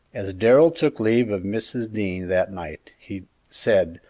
as darrell took leave of mrs. dean that night, he said,